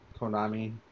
Konami